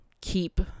keep